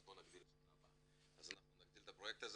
אז בוא נגדיל בשנה הבאה" אז אנחנו נגדיל את הפרויקט הזה